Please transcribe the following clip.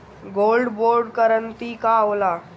Gold bond करतिं का होला?